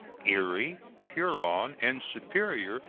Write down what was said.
erie, huron, and superior,